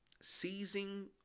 seizing